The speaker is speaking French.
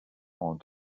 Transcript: entre